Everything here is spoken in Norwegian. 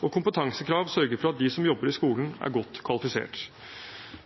og kompetansekrav sørger for at de som jobber i skolen, er godt kvalifisert.